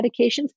medications